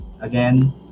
Again